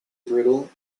brittle